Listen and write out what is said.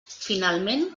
finalment